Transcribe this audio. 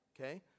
okay